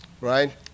right